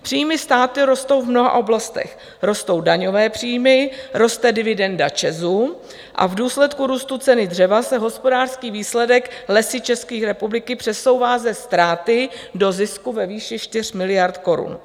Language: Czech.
Příjmy státu rostou v mnoha oblastech, rostou daňové příjmy, roste dividenda ČEZu a v důsledku růstu ceny dřeva se hospodářský výsledek Lesy České republiky přesouvá ze ztráty do zisku ve výši 4 miliard korun.